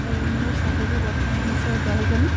আৰু মোৰ ছাগলী বৰ্তমান আছে দহজনী